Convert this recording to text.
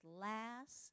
last